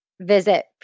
visit